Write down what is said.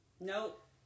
Nope